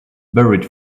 buried